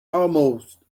almost